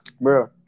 Bro